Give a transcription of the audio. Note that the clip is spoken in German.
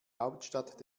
hauptstadt